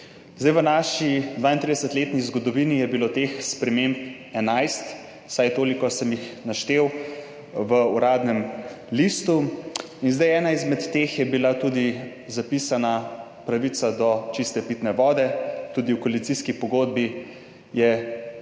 V naši 32-letni zgodovini je bilo teh sprememb 11, vsaj toliko sem jih naštel v Uradnem listu, ena izmed teh je bila tudi zapisana pravica do čiste pitne vode. Tudi v koalicijski pogodbi